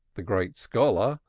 the great scholar,